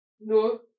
no